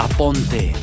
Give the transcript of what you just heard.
Aponte